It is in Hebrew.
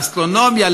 לאסטרונומיה,